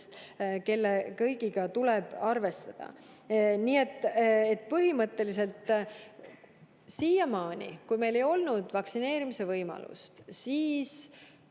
kelle kõigiga tuleb arvestada. Põhimõtteliselt sinnamaani, kui meil ei olnud vaktsineerimise võimalust, oli